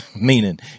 meaning